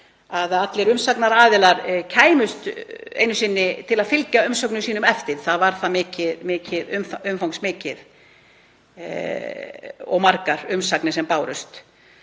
að allir umsagnaraðilar kæmust einu sinni til að fylgja umsögnum sínum eftir. Þetta var það umfangsmikið og margar umsagnir sem bárust.